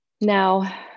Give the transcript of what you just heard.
Now